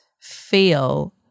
feel